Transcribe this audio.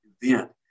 event